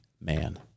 man